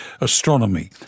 Astronomy